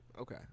okay